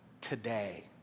today